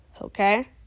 okay